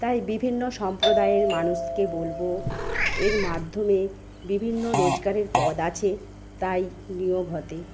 তাই বিভিন্ন সম্প্রদায়ের মানুষকে বলবো এর মাধ্যমে বিভিন্ন রোজগারের পথ আছে তাই নিয়োগ হতে